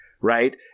right